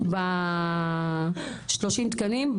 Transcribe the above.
30 תקנים.